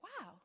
wow